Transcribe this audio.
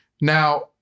Now